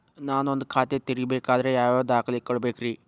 ನಾನ ಒಂದ್ ಖಾತೆ ತೆರಿಬೇಕಾದ್ರೆ ಯಾವ್ಯಾವ ದಾಖಲೆ ಕೊಡ್ಬೇಕ್ರಿ?